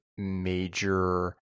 major